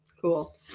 Cool